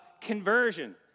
conversion